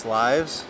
lives